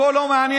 הכול לא מעניין.